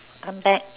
I'm back